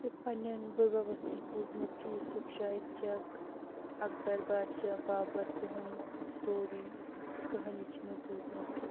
مےٚ چھُ پَننیٚن بڑبَبَس نِش بوٗزمُت کہِ یُوسف شاہِ چَک اَکبر بادشاہ بابَر تِہنٛز سٹوٗری مطلب کٕہانی چھِ مےٚ بوٗزمٕژ کہِ